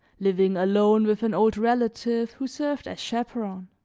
living alone with an old relative who served as chaperon.